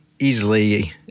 easily